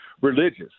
religious